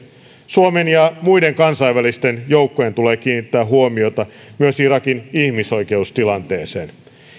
suomen ja muiden kansainvälisten joukkojen tulee kiinnittää huomiota myös irakin ihmisoikeustilanteeseen